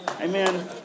Amen